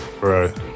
Right